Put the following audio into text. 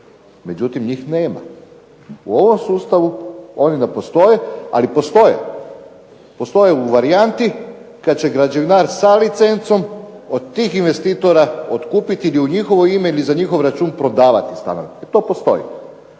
međutim, njih nema. U ovom sustavu oni ne postoje ali postoje u varijanti kada će građevinar sa licencom od tih investitora otkupiti ili u njihovo ime ili za njihov račun prodavati stanove, to postoji.